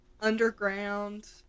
underground